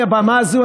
מבמה זו,